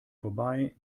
vorbei